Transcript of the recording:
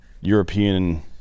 European